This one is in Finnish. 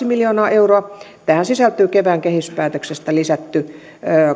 miljoonaa euroa tähän sisältyy kevään kehyspäätöksestä lisätty